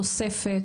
תוספת?